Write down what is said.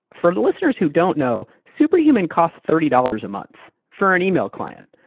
for the listeners who don't know, superhuman cost thirty dollars a month for an email client.